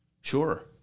Sure